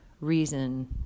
reason